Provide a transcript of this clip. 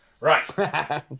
Right